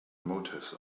motives